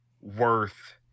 worth